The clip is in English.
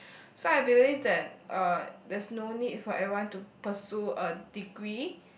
so I believe that uh there's no need for everyone to pursue a degree